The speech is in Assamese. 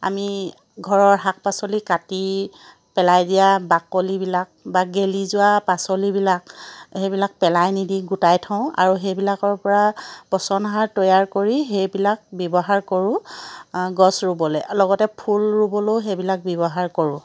আমি ঘৰৰ শাক পাচলি কাটি পেলাই দিয়া বাকলিবিলাক বা গেলি যোৱা পাচলিবিলাক সেইবিলাক পেলাই নিদি গোটাই থওঁ আৰু সেইবিলাকৰ পৰা পচন সাৰ তৈয়াৰ কৰি সেইবিলাক ব্যৱহাৰ কৰোঁ গছ ৰুবলৈ লগতে ফুল ৰুবলৈও সেইবিলাক ব্যৱহাৰ কৰোঁ